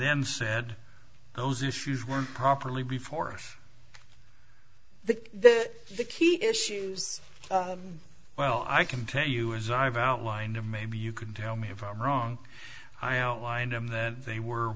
then said those issues were properly before us the key issues well i can tell you as i've outlined of maybe you can tell me if i'm wrong i outlined them that they were